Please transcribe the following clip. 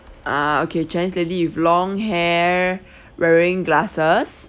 ah okay chinese lady with long hair wearing glasses